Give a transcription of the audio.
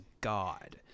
god